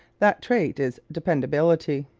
that trait is dependability.